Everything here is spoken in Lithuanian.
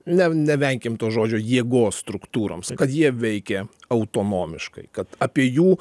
ne nevenkim to žodžio jėgos struktūroms kad jie veikė autonomiškai kad apie jų